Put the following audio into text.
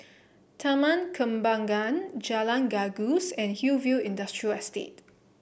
Taman Kembangan Jalan Gajus and Hillview Industrial Estate